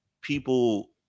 people